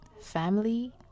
family